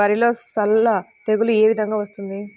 వరిలో సల్ల తెగులు ఏ విధంగా వస్తుంది?